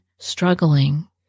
struggling